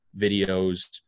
videos